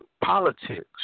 politics